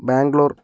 Bangalore